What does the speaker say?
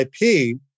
IP